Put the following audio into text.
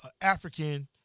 African